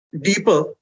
deeper